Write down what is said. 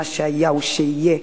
מה שהיה הוא שיהיה.